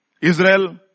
Israel